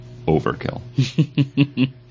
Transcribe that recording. Overkill